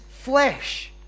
flesh